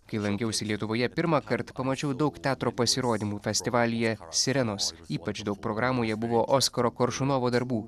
kai lankiausi lietuvoje pirmąkart pamačiau daug teatro pasirodymų festivalyje sirenos ypač daug programoje buvo oskaro koršunovo darbų